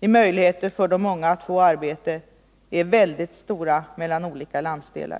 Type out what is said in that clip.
i möjligheter för de unga att få arbete är väldigt stora mellan olika landsdelar.